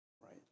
right